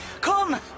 Come